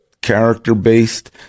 character-based